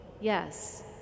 Yes